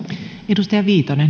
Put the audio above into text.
arvoisa